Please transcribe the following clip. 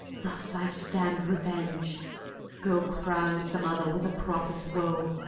thus i stand revenged go, crown some other with a prophet's woe.